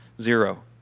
zero